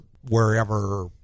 wherever